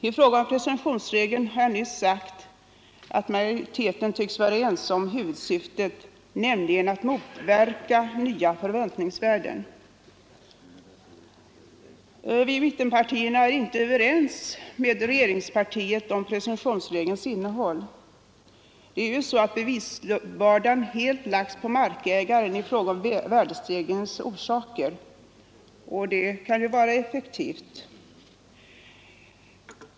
I fråga om presumtionsregeln har jag nyss sagt att majoriteten tycks vara ense om huvudsyftet, nämligen att motverka nya förväntningsvärden. Vi i mittenpartierna är inte överens med regeringspartiet om presumtionsregelns innehåll. Bevisbördan har helt lagts på markägaren beträffande värdestegringens orsaker, och det kan ju vara effektivt.